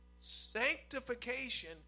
Sanctification